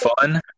fun